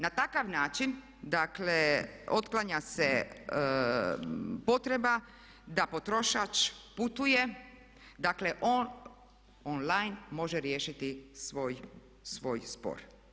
Na takav način, dakle otklanja se potreba da potrošač putuje, dakle on, on-line može riješiti svoj spor.